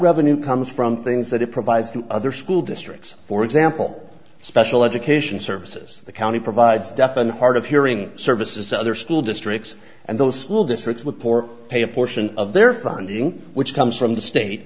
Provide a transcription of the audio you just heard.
revenue comes from things that it provides to other school districts for example special education services the county provides deaf and hard of hearing services to other school districts and the school districts with poor pay a portion of their funding which comes from the state